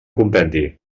compendi